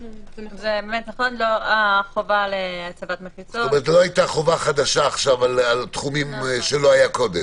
לא היתה חובה חדשה עכשיו על תחומים שלא היו קודם.